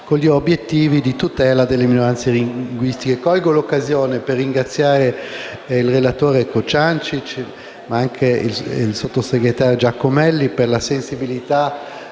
con gli obiettivi di tutela delle minoranze linguistiche. Colgo l'occasione per ringraziare il relatore Cociancich e il sottosegretario Giacomelli per la sensibilità